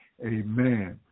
Amen